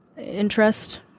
interest